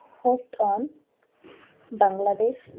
होस्टॉन Bangladesh